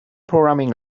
programming